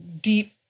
deep